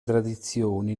tradizioni